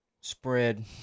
spread